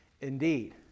indeed